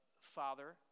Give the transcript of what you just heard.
father